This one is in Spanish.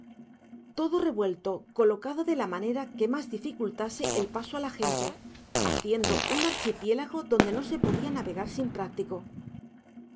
todo revuelto colocado de la manera que más dificultase el paso a la gente haciendo un archipiélago donde no se podía navegar sin práctico